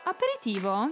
Aperitivo